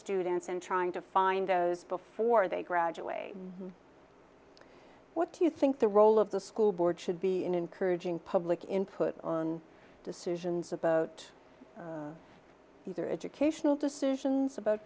students and trying to find o's before they graduate what do you think the role of the school board should be in encouraging public input on decisions about either educational decisions about